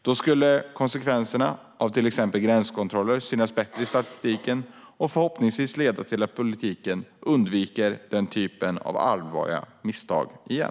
Då skulle också konsekvenser av till exempel gränskontroller synas bättre i statistiken och förhoppningsvis leda till att politiken undviker den typen av allvarliga misstag igen.